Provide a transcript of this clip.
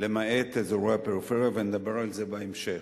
למעט באזורי הפריפריה, ואני אדבר על זה בהמשך.